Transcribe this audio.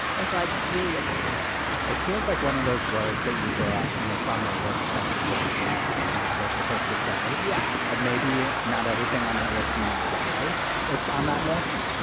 and so i just really avoided it it feels like one of those words that you grow up and it's on a list of words you know you're never supposed to say yeah and maybe not everything on that list you know why it's on that list